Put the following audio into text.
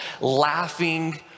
laughing